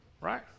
right